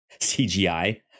cgi